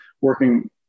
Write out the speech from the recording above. working